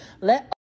let